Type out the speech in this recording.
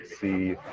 see